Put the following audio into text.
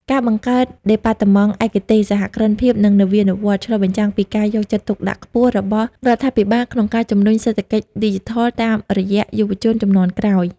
ការបង្កើតដេប៉ាតឺម៉ង់ឯកទេស "សហគ្រិនភាព និងនវានុវត្តន៍" ឆ្លុះបញ្ចាំងពីការយកចិត្តទុកដាក់ខ្ពស់របស់រដ្ឋាភិបាល ក្នុងការជម្រុញសេដ្ឋកិច្ចឌីជីថលតាមរយៈយុវជនជំនាន់ក្រោយ។